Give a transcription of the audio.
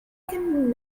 can